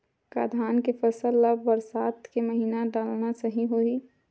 का धान के फसल ल बरसात के महिना डालना सही होही?